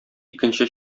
икенче